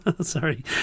sorry